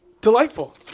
Delightful